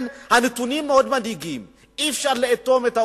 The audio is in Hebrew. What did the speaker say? הנתונים מדאיגים מאוד.